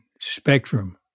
spectrum